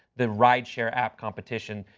the right sure wrap competition.